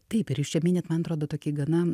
taip ir jūs čia minit man atrodo tokį gana